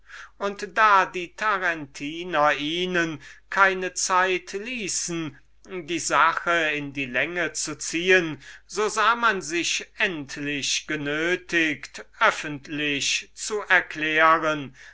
und da die tarentiner ihnen keine zeit lassen wollten die sache in die länge zu ziehen so sahe dionys sich endlich genötiget öffentlich zu erklären